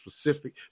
specific